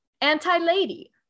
anti-lady